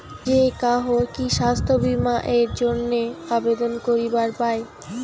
যে কাহো কি স্বাস্থ্য বীমা এর জইন্যে আবেদন করিবার পায়?